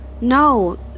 No